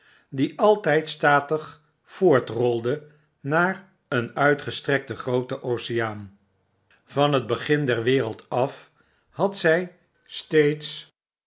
die altijd statig voortrolde naar een uitgestrekten gro'oten oceaan van het begin der wereld af had zij steeds